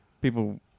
people